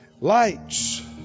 Lights